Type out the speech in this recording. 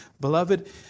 Beloved